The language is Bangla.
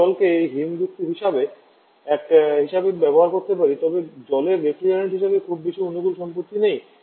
আমরা জলকে হিমযুক্ত হিসাবে এক হিসাবে ব্যবহার করতে পারি তবে জলের রেফ্রিজারেন্ট হিসাবে খুব বেশি অনুকূল সম্পত্তি নেই